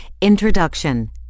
Introduction